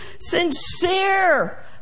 sincere